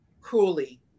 cruelly